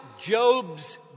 Job's